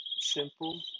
simple